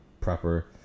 proper